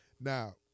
Now